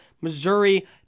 Missouri